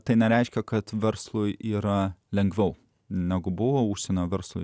tai nereiškia kad verslui yra lengviau negu buvo užsienio garsų